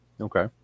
Okay